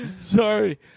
Sorry